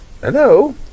Hello